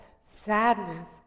sadness